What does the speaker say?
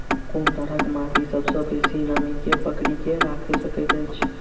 कोन तरहक माटि सबसँ बेसी नमी केँ पकड़ि केँ राखि सकैत अछि?